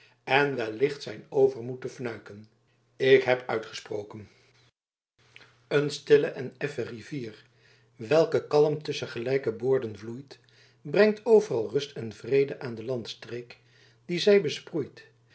en wellicht zijn overmoed te fnuiken ik heb uitgesproken een stille en effen rivier welke kalm tusschen gelijke boorden vloeit brengt overal rust en vrede aan de landstreek die zij besproeit